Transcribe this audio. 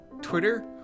twitter